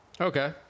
Okay